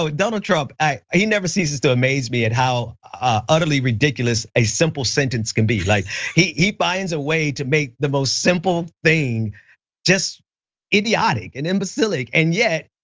like donald trump, he never ceases to amaze me at how utterly ridiculous a simple sentence can be. like he he finds a way to make the most simple thing just idiotic and imbecilic. and yet,